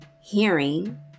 hearing